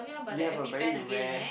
you have a very rare